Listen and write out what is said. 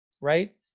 right